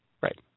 right